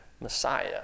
Messiah